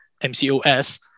MCOs